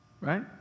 right